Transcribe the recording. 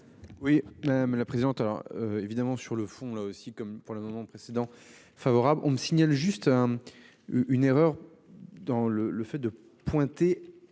Oui madame la présidente. Alors évidemment sur le fond là aussi comme pour le moment précédent favorable on me signale juste. Une erreur dans le le fait de pointer.